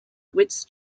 which